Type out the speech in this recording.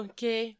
Okay